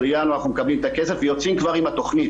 בינואר אנחנו מקבלים את הכסף ויוצאים כבר עם התוכנית.